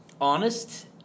honest